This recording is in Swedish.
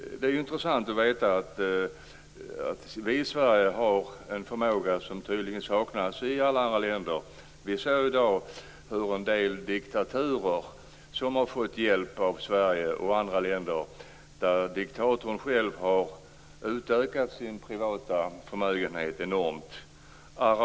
Det är intressant att veta att vi i Sverige har en förmåga som tydligen saknas i alla andra länder. Vi ser i dag i en del diktaturer som har fått hjälp av Sverige och andra länder att diktatorn själv har utökat sin privata förmögenhet enormt mycket.